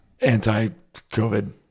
anti-COVID